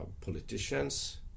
politicians